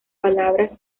palabra